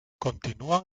continúan